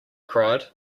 cried